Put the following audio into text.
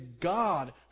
God